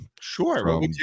Sure